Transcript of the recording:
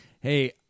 Hey